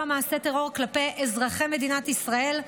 מעשי טרור כלפי אזרחי מדינת ישראל,